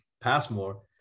passmore